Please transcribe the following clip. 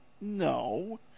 no